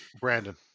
Brandon